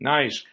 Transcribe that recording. Nice